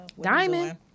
Diamond